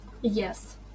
Yes